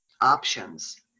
options